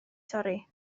torri